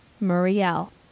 Muriel